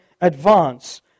advance